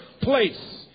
place